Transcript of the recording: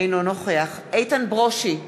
אינו נוכח איתן ברושי,